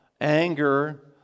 anger